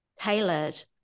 tailored